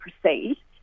proceed